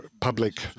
public